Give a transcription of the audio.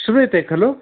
श्रूयते खलु